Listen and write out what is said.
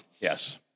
Yes